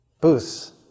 Booths